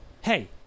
hey